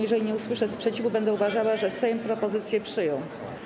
Jeżeli nie usłyszę sprzeciwu, będę uważała, że Sejm propozycję przyjął.